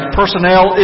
personnel